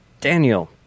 Daniel